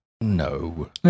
No